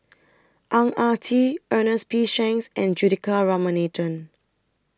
Ang Ah Tee Ernest P Shanks and Juthika Ramanathan